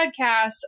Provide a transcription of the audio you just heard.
podcasts